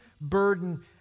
burden